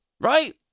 right